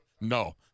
No